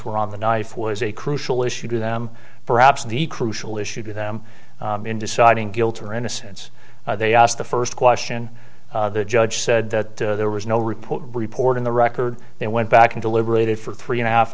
were on the knife was a crucial issue to them perhaps the crucial issue to them in deciding guilt or innocence they asked the first question the judge said that there was no reporter reporting the record they went back into liberated for three and a half